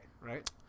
right